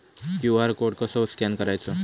QR code कसो scan करायचो?